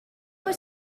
for